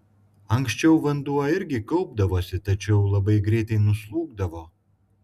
anksčiau vanduo irgi kaupdavosi tačiau labai greitai nuslūgdavo